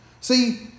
See